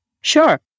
Sure